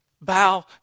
bow